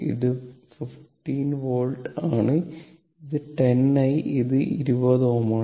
ഇത് 15 വോൾട്ട് ആണ് ഇത് 10 i ഇത് 20 Ω ആണ്